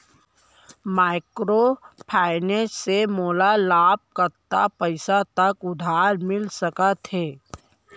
Microfinance से मोला लगभग कतना पइसा तक उधार मिलिस सकत हे?